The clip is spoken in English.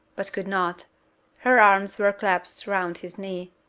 but could not her arms were clasped round his knee,